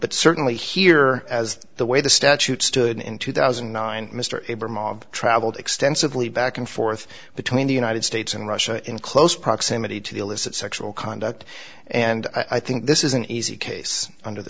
but certainly here as the way the statute stood in two thousand and nine mr aber mob traveled extensively back and forth between the united states and russia in close proximity to illicit sexual conduct and i think this is an easy case under the